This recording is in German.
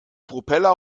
propeller